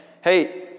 hey